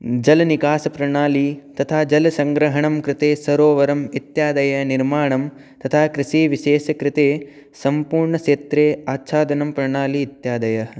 जलनिकासप्रणाली तथा जलसङ्ग्रहणं कृते सरोवरं इत्यादयः निर्माणं तथा कृषिविशेष कृते सम्पूर्णक्षेत्रे आच्छादनं प्रणाली इत्यादयः